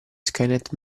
skynet